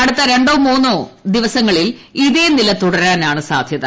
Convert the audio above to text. അടുത്ത രണ്ടോ മൂന്നോ ദിവസങ്ങളിൽ ഇതേ നില തുടരാനാണ് സാധ്യത